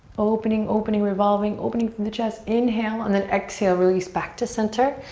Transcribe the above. opening, opening, revolving. opening from the chest. inhale and then exhale, release back to center.